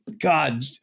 God